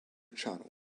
channel